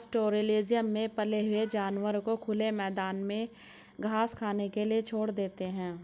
pastoralism में पाले हुए जानवरों को खुले मैदान में घास खाने के लिए छोड़ देते है